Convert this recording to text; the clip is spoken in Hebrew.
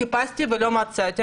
חיפשתי ולא מצאתי.